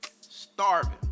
starving